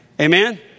Amen